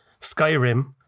Skyrim